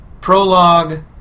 prologue